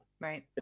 Right